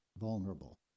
vulnerable